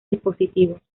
dispositivos